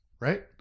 Right